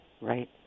right